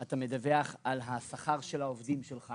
אתה מדווח על השכר של העובדים שלך